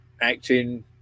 acting